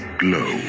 glow